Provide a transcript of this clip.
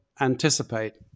anticipate